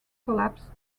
collapsed